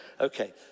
Okay